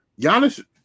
Giannis